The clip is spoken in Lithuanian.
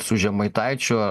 su žemaitaičiu